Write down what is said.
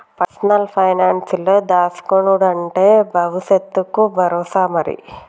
personal పైనాన్సుల దాస్కునుడంటే బవుసెత్తకు బరోసా మరి